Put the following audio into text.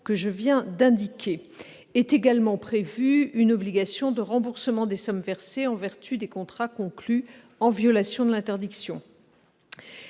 du Gouvernement. Est également prévue une obligation de remboursement des sommes versées en vertu des contrats conclus en violation de l'interdiction.